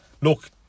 Look